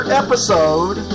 episode